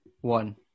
one